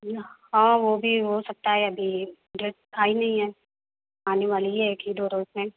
جی ہاں وہ بھی ہو سکتا ہے ابھی ڈیٹ آئی نہیں ہے آنے والی ہے ایک ہی دو روز میں